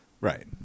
right